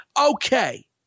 Okay